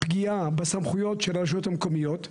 פגיעה בסמכויות של הרשויות המקומיות.